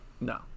No